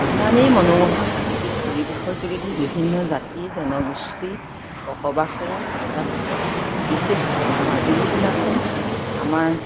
ইমানেই মনোমোহা প্ৰাকৃতিক পৰিৱেশৰ যোগেদি বিভিন্ন জাতি জনগোষ্ঠী বসবাস কৰা এটা পিতস্থান বিশেষকৈ মাজুলী জিলাখন আমাৰ